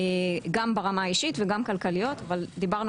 גם ברמה האישית וגם כלכליות אבל דיברנו